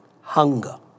hunger